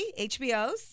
HBO's